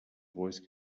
voice